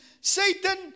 Satan